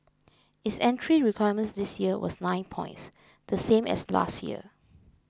its entry requirement this year was nine points the same as last year